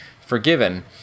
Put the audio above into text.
forgiven